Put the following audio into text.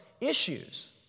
issues